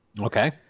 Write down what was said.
Okay